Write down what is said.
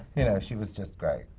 you know, she was just great.